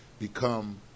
become